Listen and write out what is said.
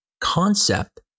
concept